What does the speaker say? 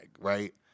right